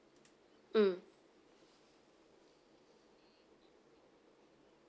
mm